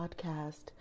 podcast